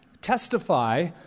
testify